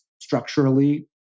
structurally